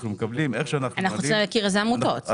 אנחנו צריכים להכיר אילו עמותות.